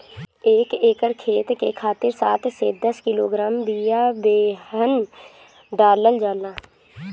एक एकर खेत के खातिर सात से दस किलोग्राम बिया बेहन डालल जाला?